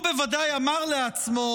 הוא בוודאי אמר לעצמו: